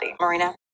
Marina